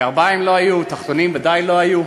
גרביים לא היו, תחתונים ודאי לא היו.